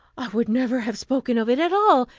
i would never have spoken of it at all,